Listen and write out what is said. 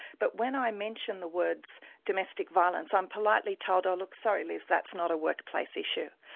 but when i mention the words domestic violence, i'm politely told oh look, sorry, liz, that's not a workplace issue.